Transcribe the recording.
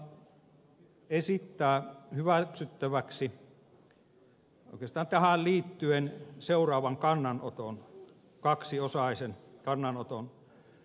valiokunta esittää hyväksyttäväksi oikeastaan tähän liittyen seuraavan kaksiosaisen kannanoton